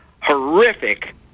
horrific